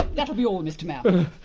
that'll be all mr mayor.